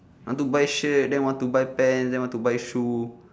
I want to buy shirt then want to buy pant then want to buy shoe